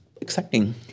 exciting